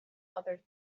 other